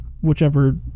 Whichever